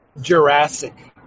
Jurassic